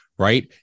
Right